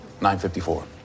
954